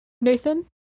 Nathan